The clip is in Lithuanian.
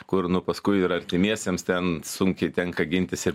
kur nu paskui ir artimiesiems ten sunkiai tenka gintis ir